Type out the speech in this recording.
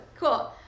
Cool